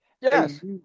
Yes